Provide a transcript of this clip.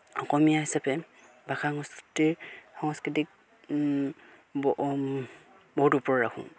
অসমীয়া হিচাপে ভাষা সংস্কৃতিৰ সংস্কৃতিক ব বহুত ওপৰত ৰাখোঁ